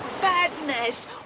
Badness